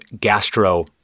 Gastro